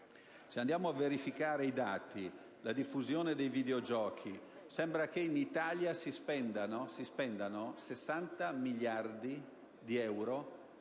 Se andiamo a verificare i dati sulla diffusione dei videogiochi d'azzardo, sembra che in Italia si spendano 60 miliardi euro